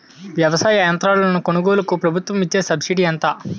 వ్యవసాయ యంత్రాలను కొనుగోలుకు ప్రభుత్వం ఇచ్చే సబ్సిడీ ఎంత?